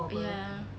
ya